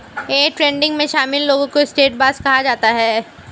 day trading में शामिल लोगों को सट्टेबाज कहा जाता है